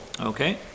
Okay